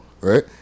right